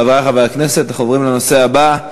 חברי חברי הכנסת, אנחנו עוברים לנושא הבא.